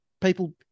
people